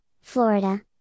Florida